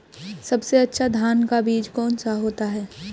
सबसे अच्छा धान का बीज कौन सा होता है?